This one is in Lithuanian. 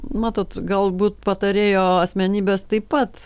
matot galbūt patarėjo asmenybės taip pat